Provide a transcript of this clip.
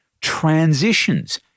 transitions